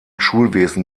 schulwesen